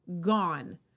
gone